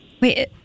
Wait